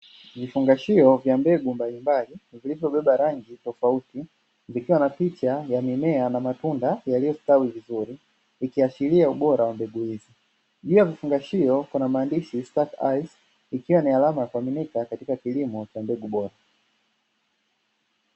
Vifungashio vya mbegu mbalimbali vilivyobeba rangi tofauti vikiwa na picha ya mimea na matunda yaliyostawi vizuri, ikiashiria ubora mbegu hizi, juu ya kifungashio kuna maandishi "starteyes" ikiwa ni alama ya kuaminika katika kilimo cha mbegu bora.